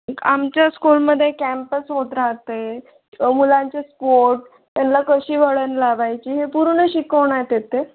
आमच्या स्कूलमधे कॅम्पस होत राहते मुलांचे स्पोर्ट त्यांना कशी वळण लावयाची हे पूर्ण शिकवण्यात येते